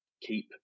keep